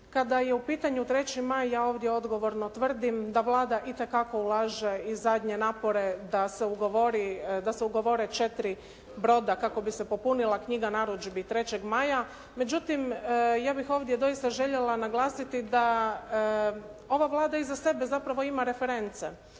kada je u pitanju 3. maj ja ovdje odgovorno tvrdi da Vlada itekako ulaže i zadnje napore da se ugovori, da se ugovore četiri broda kako bi se popunila knjiga narudžbi 3. maja. Međutim, ja bih ovdje doista željela naglasiti da ova Vlada iza sebe zapravo ima reference.